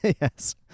Yes